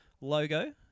logo